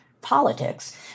politics